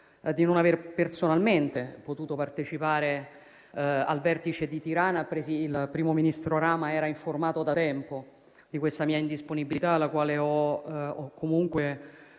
di non aver personalmente potuto partecipare al Vertice di Tirana, anche se il primo ministro Rama era informato da tempo di questa mia indisponibilità; comunque